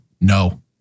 no